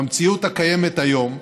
במציאות הקיימת היום,